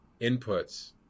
inputs